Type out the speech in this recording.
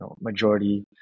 majority